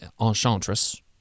Enchantress